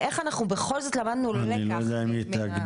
איך אנחנו בכל זאת למדנו לקח אני לא יודע אם יתאגדו,